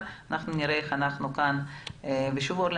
אורלי,